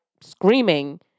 screaming